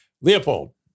Leopold